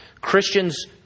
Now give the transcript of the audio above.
Christians